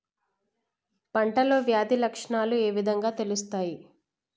పంటలో వ్యాధి లక్షణాలు ఏ విధంగా తెలుస్తయి?